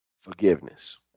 Forgiveness